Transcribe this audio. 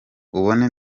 ubone